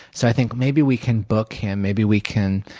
so i think, maybe we can book him. maybe we can